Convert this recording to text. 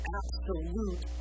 absolute